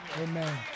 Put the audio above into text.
Amen